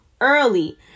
early